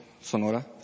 Sonora